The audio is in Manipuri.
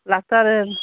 ꯂꯥꯛꯄ ꯇꯥꯔꯦ